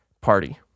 party